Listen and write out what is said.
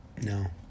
No